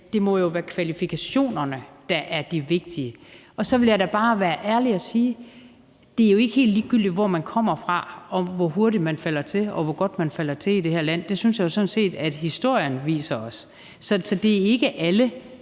det jo må være kvalifikationerne, der er de vigtige, og så vil jeg da bare være ærlig og sige, at det jo ikke er helt ligegyldigt, hvor man kommer fra, hvor hurtigt man falder til, og hvor godt man falder til i det her land. Det synes jeg sådan set historien viser os. Så det er ikke alle,